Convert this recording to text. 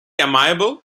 amiable